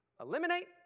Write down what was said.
eliminate